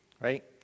right